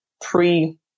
pre